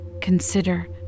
Consider